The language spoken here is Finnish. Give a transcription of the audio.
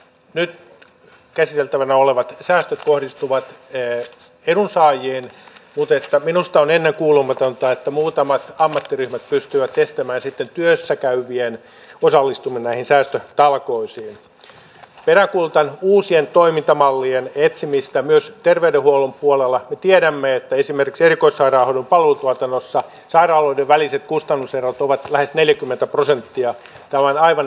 nyt käsiteltävänä olevat säästöt kohdistuvat ees kun työttömyys kaiken kaikkiaan on ennen kuulumatonta että muutamat ammattiryhmät pystyvät taantuman ja leikkauspolitiikan seurauksena kasvussa johtaa se tietenkin myös terveydenhuollon puolella tiedämme että esimerkiksi erikoissairaanhoidon palvelutuotannossa sairaaloiden väliset kustannuserot ovat lähes neljäkymmentä nuorten työttömyyden kasvuun